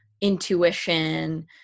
intuition